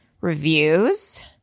reviews